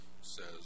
says